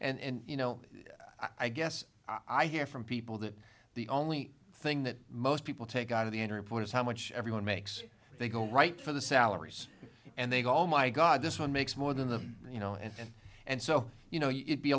and you know i guess i hear from people that the only thing that most people take out of the inner point is how much everyone makes they go right for the salaries and they go oh my god this one makes more than the you know and and so you know you'd be